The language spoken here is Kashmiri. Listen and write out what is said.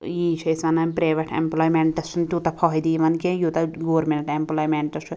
یی چھِ أسۍ ونان پرٛیویٹ ایٚمپٕلایمیٚنٹَس چھُنہٕ تیٛوٗتاہ فٲیدٕ یوان کیٚنٛہہ یوٗتاہ گورمیٚنٛٹ ایٚمپٕلایمیٚنٹَس چھُ